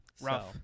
Rough